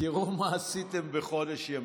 תראו מה עשיתם בחודש ימים: